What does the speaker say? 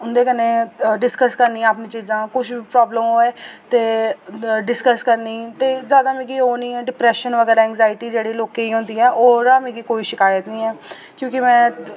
उं'दे कन्नै डिस्कस करनियां अपनियां चीज़ां कुछ प्रॉब्लम होऐ ते डिस्कस करनी ते जादा मिगी ओह् निं ऐ डिप्रेशन बगैरा एंग्जायटी जेह्ड़ा लोकें गी होंदी ऐ ओह् ओह्दा मिगी कोई शिकायत निं ऐ क्योंकि में